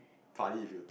funny if you